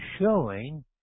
showing